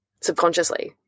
subconsciously